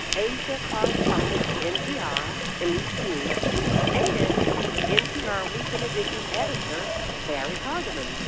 asia correspondent for npr elise hu and npr weekend edition editor barrie hardymon.